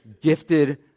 Gifted